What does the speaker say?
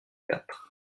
quatre